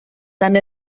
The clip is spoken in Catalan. tant